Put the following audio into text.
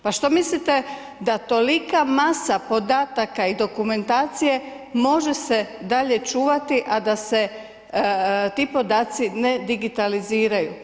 Pa što mislite da tolika masa podataka i dokumentacije može se dalje čuvati a da se ti podaci ne digitaliziraju.